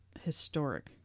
historic